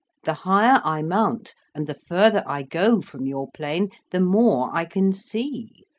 the higher i mount, and the further i go from your plane, the more i can see,